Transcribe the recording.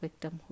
victimhood